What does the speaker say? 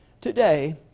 Today